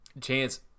Chance